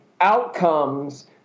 outcomes